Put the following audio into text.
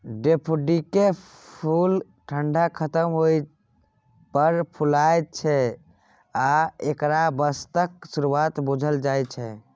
डेफोडिलकेँ फुल ठंढा खत्म होइ पर फुलाय छै आ एकरा बसंतक शुरुआत बुझल जाइ छै